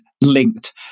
linked